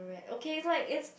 okay it's like it's